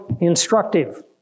instructive